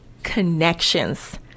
Connections